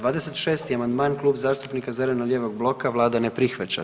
26. amandman Klub zastupnika zeleno-lijevog bloka, Vlada ne prihvaća.